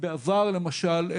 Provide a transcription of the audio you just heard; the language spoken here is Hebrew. בעבר למשל,